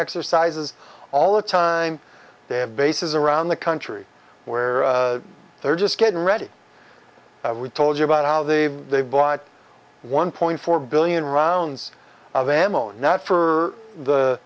exercises all the time they have bases around the country where they're just getting ready we told you about how they've they've bought one point four billion rounds of ammo not for the